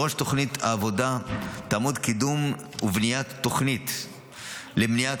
בראש תוכנית העבודה יהיו קידום ובניית תוכנית למניעת